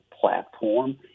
platform